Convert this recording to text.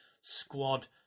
squad